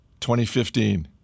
2015